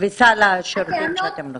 וסל השירותים שאתם נותנים.